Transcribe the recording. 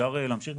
אני ממשיך: